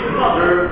mother